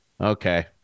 Okay